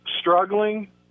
struggling